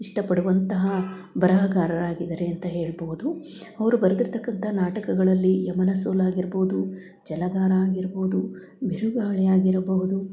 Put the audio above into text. ಇಷ್ಟಪಡುವಂತಹ ಬರಹಗಾರರಾಗಿದ್ದಾರೆ ಅಂತ ಹೇಳ್ಬೋದು ಅವರು ಬರೆದಿರ್ತಕ್ಕಂತ ನಾಟಕಗಳಲ್ಲಿ ಯಮನ ಸೋಲಾಗಿರ್ಬೋದು ಜಲಗಾರ ಆಗಿರ್ಬೋದು ಬಿರುಗಾಳಿ ಆಗಿರ್ಬೋದು